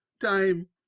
time